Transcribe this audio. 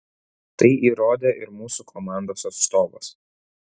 tai įrodė ir mūsų komandos atstovas